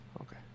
okay